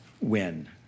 win